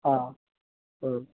हा एवं